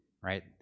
right